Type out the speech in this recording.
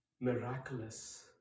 miraculous